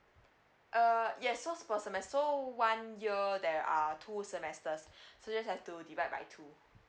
uh yes so for per semester so one year there are two semesters so you just have to divide by two